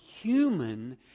human